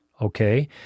Okay